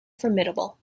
formidable